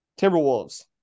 Timberwolves